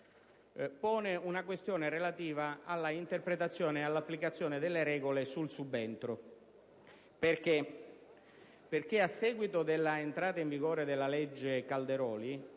pone una questione relativa alla interpretazione e all'applicazione delle regole sul subentro. A seguito della entrata in vigore della legge Calderoli